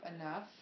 enough